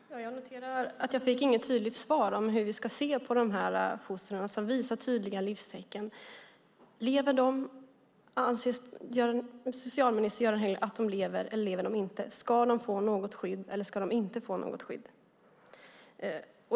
Fru talman! Jag noterar att jag inte fick något tydligt svar på hur vi ska se på foster som visar tydliga livstecken. Anser socialminister Göran Hägglund att de lever eller att de inte lever? Ska de få något skydd eller ska de inte få något skydd?